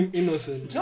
innocent